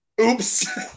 oops